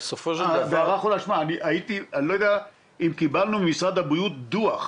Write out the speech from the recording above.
אני לא יודע אם קיבלנו ממשרד הבריאות דוח,